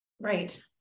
Right